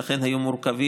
שאכן היו מורכבים,